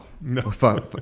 No